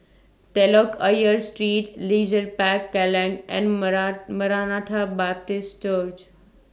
Telok Ayer Street Leisure Park Kallang and Maranatha Baptist Church